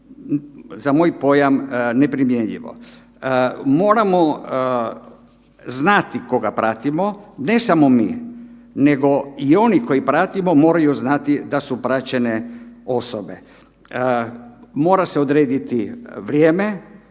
za moj pojam neprimjenjivo. Moramo znati koga pratimo, ne samo mi, nego i koje pratimo moraju znati da su praćene osobe. Mora se odrediti vrijeme